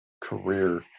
career